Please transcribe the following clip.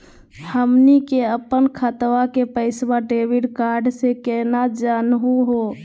हमनी के अपन खतवा के पैसवा डेबिट कार्ड से केना जानहु हो?